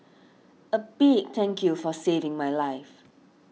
a big thank you for saving my life